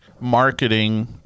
marketing